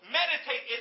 meditate